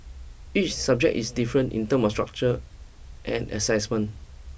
each subject is different in term of structure and assessment